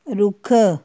ਰੁੱਖ